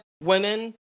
women